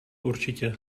určitě